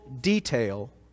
detail